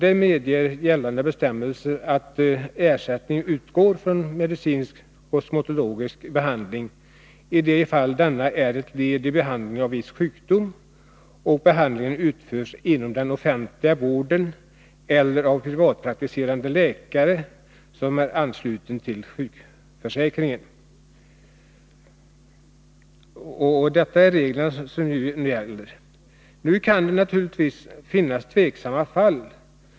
Enligt gällande bestämmelser utgår ersättning för medicinsk kosmetologisk behandling i de fall denna är ett led i behandlingen av en viss sjukdom och behandlingen utförs inom den offentliga vården eller av privatpraktiserande läkare som är ansluten till sjukförsäkringen. Det är alltså dessa regler som nu gäller. Det kan naturligtvis finnas tveksamma fall.